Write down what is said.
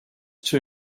two